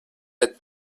had